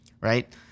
right